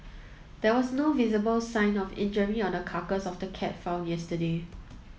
there was no visible sign of injury on the carcass of the cat found yesterday